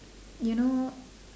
you know